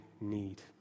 need